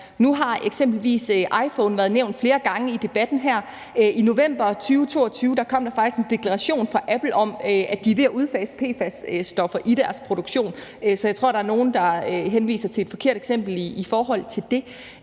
iPhones været nævnt flere gange i debatten her – i november 2022 kom der faktisk en deklaration fra Apple om, at de er ved at udfase PFAS-stoffer i deres produktion, så jeg tror, der er nogen, der henviser til et forkert eksempel i forhold til det.